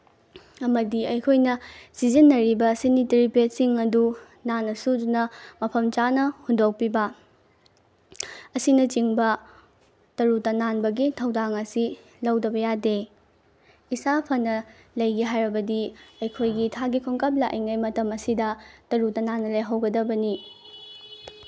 ꯑꯃꯗꯤ ꯑꯩꯈꯣꯏꯅ ꯁꯤꯖꯤꯟꯅꯔꯤꯕ ꯁꯤꯅꯤꯇꯔꯤ ꯄꯦꯠꯁꯤꯡ ꯑꯗꯨ ꯅꯥꯟꯅ ꯁꯨꯗꯨꯅ ꯃꯐꯝ ꯆꯥꯅ ꯍꯨꯟꯗꯣꯛꯄꯤꯕ ꯑꯁꯤꯅꯆꯤꯡꯕ ꯇꯔꯨ ꯇꯅꯥꯟꯕꯒꯤ ꯊꯧꯗꯥꯡ ꯑꯁꯤ ꯂꯧꯗꯕ ꯌꯥꯗꯦ ꯏꯁꯥ ꯐꯅ ꯂꯩꯒꯦ ꯍꯥꯏꯔꯒꯕꯗꯤ ꯑꯩꯈꯣꯏꯒꯤ ꯊꯥꯒꯤ ꯈꯣꯡꯀꯥꯞ ꯂꯥꯛꯏꯉꯩꯒꯤ ꯃꯇꯝ ꯑꯁꯤꯗ ꯇꯔꯨ ꯇꯅꯥꯟꯅ ꯂꯩꯍꯧꯒꯗꯕꯅꯤ